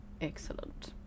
Excellent